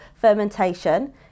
fermentation